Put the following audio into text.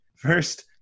First